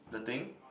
the thing